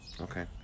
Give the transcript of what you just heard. Okay